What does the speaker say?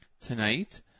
tonight